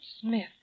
Smith